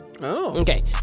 Okay